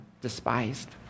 despised